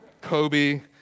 Kobe